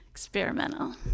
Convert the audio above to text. Experimental